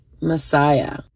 Messiah